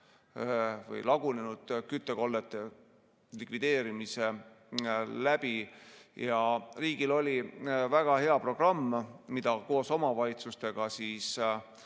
või lagunenud küttekollete likvideerimise teel. Riigil oli väga hea programm, mida koos omavalitsustega